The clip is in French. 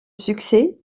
succès